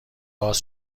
باز